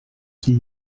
qu’il